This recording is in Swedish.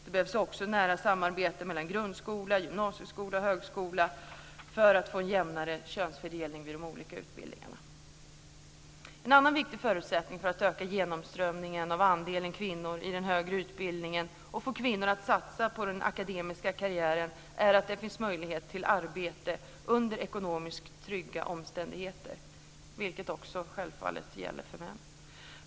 Det behövs också nära samarbete mellan grundskola, gymnasieskola och högskola för att få en jämnare könsfördelning vid de olika utbildningarna. En annan viktig förutsättning för att öka genomströmningen av andelen kvinnor i den högre utbildningen och få kvinnor att satsa på den akademiska karriären är att det finns möjlighet till arbete under ekonomiskt trygga omständigheter, vilket också självfallet gäller för män.